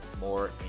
more